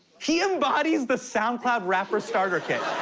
he embodies the soundcloud rapper starter kit.